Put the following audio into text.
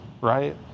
right